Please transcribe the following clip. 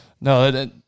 No